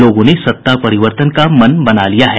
लोगों ने सत्ता परिवर्तन का मन बना लिया है